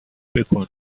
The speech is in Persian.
بـکـن